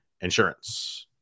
insurance